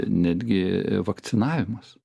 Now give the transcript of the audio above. netgi vakcinavimas